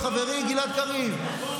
חברי גלעד קריב,